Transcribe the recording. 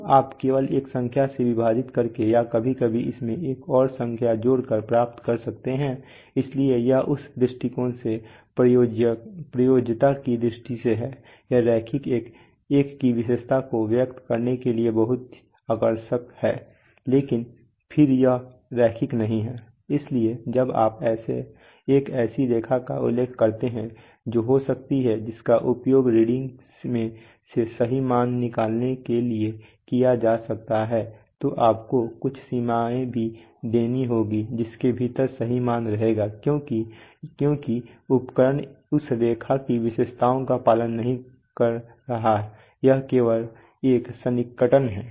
तो आप केवल एक संख्या से विभाजित करके या कभी कभी इसमें एक और संख्या जोड़कर प्राप्त कर सकते हैं इसलिए यह उस दृष्टिकोण से प्रयोज्यता की दृष्टि से है यह रैखिक एक की विशेषता को व्यक्त करने के लिए बहुत आकर्षक है लेकिन फिर यह रैखिक नहीं है इसलिए जब आप एक ऐसी रेखा का उल्लेख करते हैं जो हो सकती है जिसका उपयोग रीडिंग से सही मान निकालने के लिए किया जा सकता है तो आपको कुछ सीमाएँ भी देनी होंगी जिसके भीतर सही मान रहेगा क्योंकि उपकरण उस रेखा की विशेषताओं का पालन नहीं कर रहा यह केवल एक सन्निकटन है